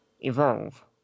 Evolve